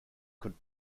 could